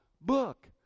book